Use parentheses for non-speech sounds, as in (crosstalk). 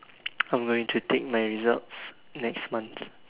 (noise) I'm going to take my results next month